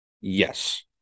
yes